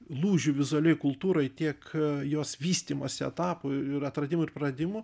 lūžių vizualioj kultūroj tiek jos vystymosi etapų ir atradimų ir praradimų